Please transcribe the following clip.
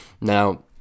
Now